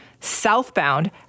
southbound